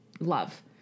love